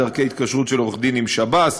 דרכי התקשרות של עורך-דין עם שב"ס,